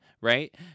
Right